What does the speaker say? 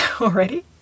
already